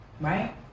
right